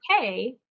okay